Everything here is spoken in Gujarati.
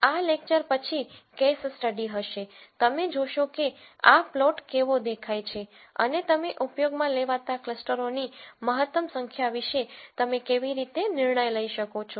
આ લેકચર પછી કેસ સ્ટડી હશે તમે જોશો કે આ પ્લોટ કેવો દેખાય છે અને તમે ઉપયોગમાં લેવાતા ક્લસ્ટરોની મહત્તમ સંખ્યા વિશે તમે કેવી રીતે નિર્ણય લઈ શકો છો